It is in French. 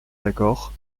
d’accord